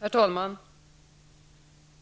Herr talman!